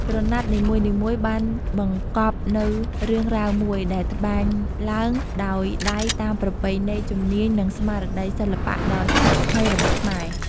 ក្រណាត់នីមួយៗបានបង្កប់នូវរឿងរ៉ាវមួយ ដែលត្បាញឡើងដោយដៃតាមប្រពៃណី ជំនាញ និងស្មារតីសិល្បៈដ៏ស្ថិតស្ថេររបស់ខ្មែរ។